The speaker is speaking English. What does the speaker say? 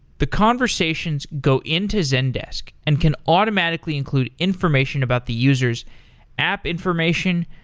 the conversations go into zendesk and can automatically include information about the user s app information,